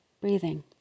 breathing